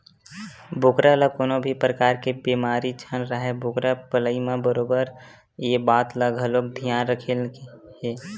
बोकरा ल कोनो भी परकार के बेमारी झन राहय बोकरा पलई म बरोबर ये बात ल घलोक धियान रखे के हे